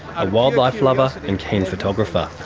a wildlife lover and keen photographer.